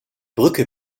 brücke